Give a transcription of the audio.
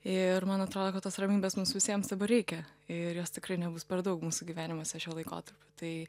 ir man atrodo kad tos ramybės mums visiems dabar reikia ir jos tikrai nebus per daug mūsų gyvenimuose šiuo laikotarpiu tai